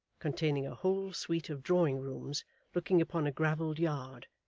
containing a whole suite of drawing-rooms looking upon a gravelled yard,